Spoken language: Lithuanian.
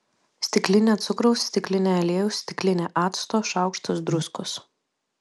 stiklinė cukraus stiklinė aliejaus stiklinė acto šaukštas druskos